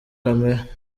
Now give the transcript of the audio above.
kamere